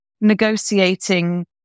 negotiating